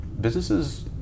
businesses